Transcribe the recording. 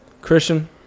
Christian